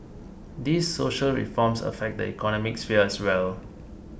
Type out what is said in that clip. these social reforms affect the economic sphere as well